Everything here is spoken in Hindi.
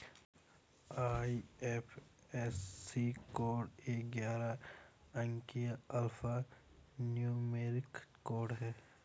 आई.एफ.एस.सी कोड एक ग्यारह अंकीय अल्फा न्यूमेरिक कोड है